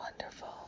wonderful